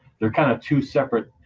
they're kind of two separate.